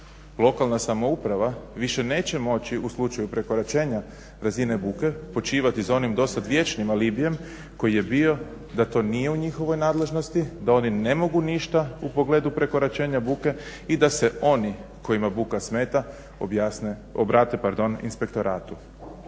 lokalna samouprava više neće moći u slučaju prekoračenja razine buke počivati za onim do sada vječnim alibijem koji je bio da to nije u njihovoj nadležnosti, da oni ne mogu ništa u pogledu prekoračenja buke i da se oni kojima buka smeta obrate inspektoratu.